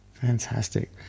Fantastic